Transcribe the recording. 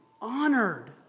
honored